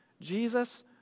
Jesus